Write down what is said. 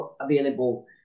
available